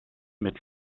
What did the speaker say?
mit